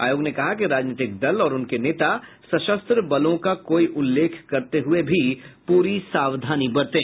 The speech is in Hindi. आयोग ने कहा कि राजनीतिक दल और उनके नेता सशस्त्र बलों का कोई उल्लेख करते हुये भी पूरी सावधानी बरतें